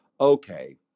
okay